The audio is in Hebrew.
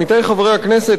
עמיתי חברי הכנסת,